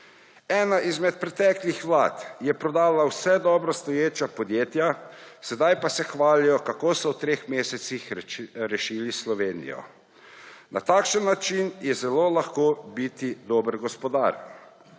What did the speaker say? Ena izmed preteklih vlad je prodala vsa dobro stoječa podjetja, sedaj pa se hvalijo, kako so v treh mesecih rešili Slovenijo. Na takšen način je zelo lahko biti dober gospodar.